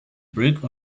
brick